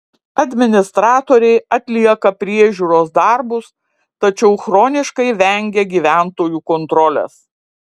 administratoriai atlieka priežiūros darbus tačiau chroniškai vengia gyventojų kontrolės